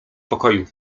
pokoju